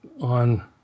on